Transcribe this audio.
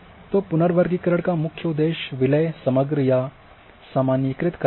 तो पुनर्वर्गीकरण का मुख्य उद्देश्य विलय समग्र या सामान्यीकृत करना है